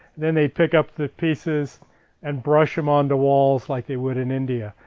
then they'd pick up the pieces and brush them on the walls like the would in india.